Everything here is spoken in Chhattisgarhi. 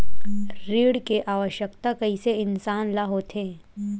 ऋण के आवश्कता कइसे इंसान ला होथे?